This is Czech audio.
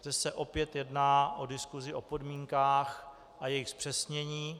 Zde se opět jedná o diskusi o podmínkách a jejich zpřesnění.